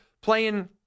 playing